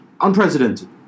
unprecedented